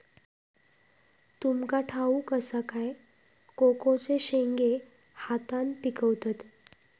तुमका ठाउक असा काय कोकोचे शेंगे हातान पिकवतत